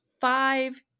five